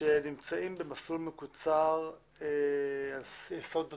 שנמצאים במסלול מקוצר על יסוד תצהיר.